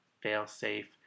fail-safe